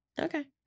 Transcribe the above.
Okay